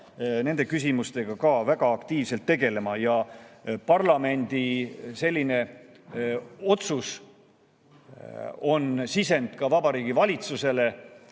nende küsimustega ka väga aktiivselt tegelema. Ja parlamendi selline otsus on sisend ka Vabariigi Valitsusele,